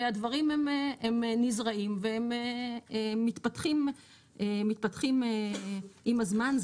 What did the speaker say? והדברים נזרעים והם מתפתחים עם הזמן,